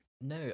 no